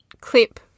clip